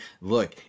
look